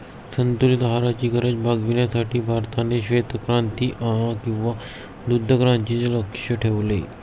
संतुलित आहाराची गरज भागविण्यासाठी भारताने श्वेतक्रांती किंवा दुग्धक्रांतीचे लक्ष्य ठेवले